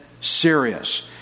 serious